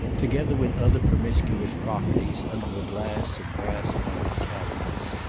together with other promiscuous properties, under the glass of brass-mounted cabinets.